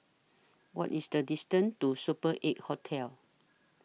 What IS The distance to Super eight Hotel